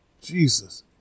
Jesus